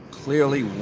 clearly